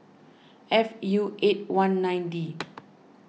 F U eight one nine D